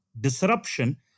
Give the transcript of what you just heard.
disruption